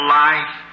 life